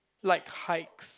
like hikes